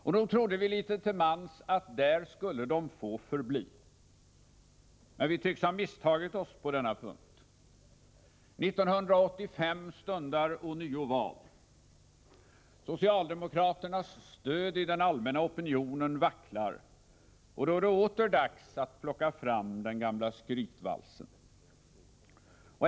Och nog trodde vi litet till mans att där skulle de få förbli, men vi tycks ha misstagit oss på denna punkt. 1985 stundar ånyo val. Socialdemokraternas stöd i den allmänna opinionen vacklar, och då är det åter dags att plocka fram den gamla skrytvalsen.